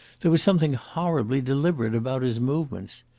there was something horribly deliberate about his movements.